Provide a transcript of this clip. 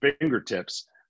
fingertips